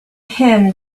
him